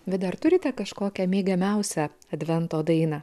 vida ar turite kažkokią mėgiamiausią advento dainą